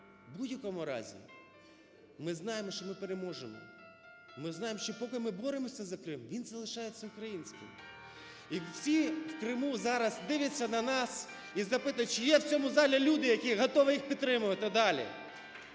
в будь-якому разі ми знаємо, що ми переможемо, ми знаємо, що поки боремося за Крим, він залишається українським. І всі в Криму зараз дивляться на нас і запитують чи є в цьому залі люди, які готові їх підтримувати